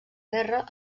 guerra